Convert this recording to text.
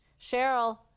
cheryl